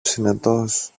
συνετός